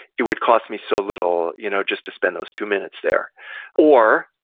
it would cost me so little you know just to spend those two minutes there or,